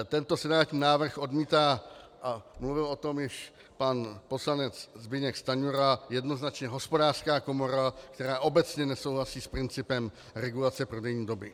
Tento senátní návrh odmítá, a mluvil o tom již pan poslanec Zbyněk Stanjura, jednoznačně Hospodářská komora, která obecně nesouhlasí s principem regulace prodejní doby.